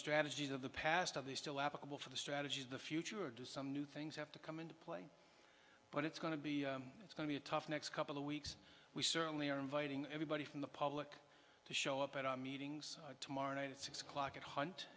strategies of the past of the still applicable for the strategies of the future or do some new things have to come into play but it's going to be it's going be a tough next couple of weeks we certainly are inviting everybody from the public to show up at our meetings tomorrow night at six o'clock at hunt